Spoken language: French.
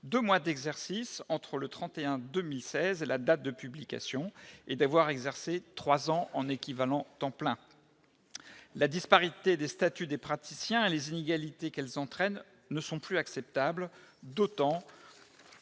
2 mois d'exercice, entre le 31 2016 et la date de publication et d'avoir exercé 3 ans en équivalent temps plein la disparité des statuts des praticiens et les inégalités qu'elles entraînent, ne sont plus acceptables d'autant,